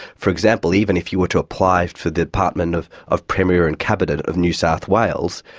for example, even if you were to apply for the department of of premier and cabinet of new south wales,